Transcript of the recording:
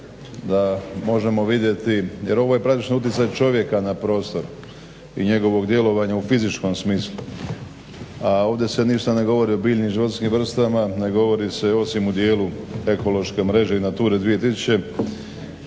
da možemo vidjeti. Jer ovo je praktično utjecaj čovjeka na prostor i njegovog djelovanja u fizičkom smislu, a ovdje se ništa ne govori o biljnim i životinjskim vrstama, ne govori se osim u dijelu ekološke mreže NATURA-e 2000,